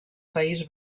país